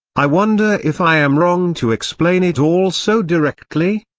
i wonder if i am wrong to explain it all so directly?